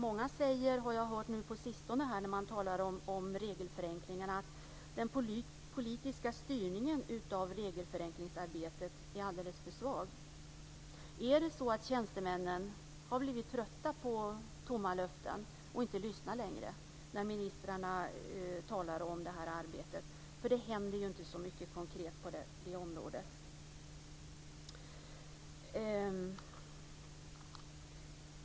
Jag har hört att många på sistone, när man talar om regelförenklingarna, säger att den politiska styrningen av regelförenklingsarbetet är alldeles för svag. Är det så att tjänstemännen har blivit trötta på tomma löften och inte längre lyssnar när ministrarna talar om det här arbetet? Det händer ju inte så mycket konkret på det här området.